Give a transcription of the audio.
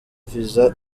visa